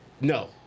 No